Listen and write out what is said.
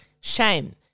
shame